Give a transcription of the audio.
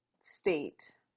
state